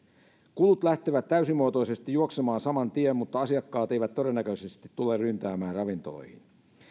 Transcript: kulut lähtevät täysimuotoisesti juoksemaan saman tien mutta asiakkaat eivät todennäköisesti tule ryntäämään ravintoloihin